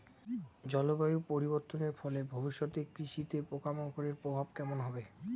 জলবায়ু পরিবর্তনের ফলে ভবিষ্যতে কৃষিতে পোকামাকড়ের প্রভাব কেমন হবে?